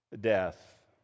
death